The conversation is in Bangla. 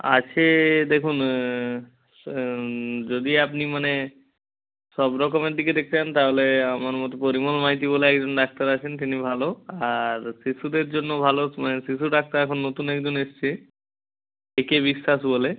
আছে দেখুন যদি আপনি মানে সব রকমের দিকে দেখতে চান তাহলে আমার মতে পরিমল মাইতি বলে একজন ডাক্তার আছেন তিনি ভালো আর শিশুদের জন্য ভালো শিশু ডাক্তার এখন নতুন একজন এসছে এ কে বিশ্বাস বলে